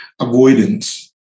avoidance